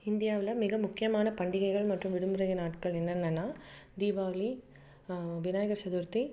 இந்தியாவில் மிக முக்கியமான பண்டிகைகள் மற்றும் விடுமுறை நாட்கள் என்னென்னனா தீபாவளி விநாயகர் சதுர்த்தி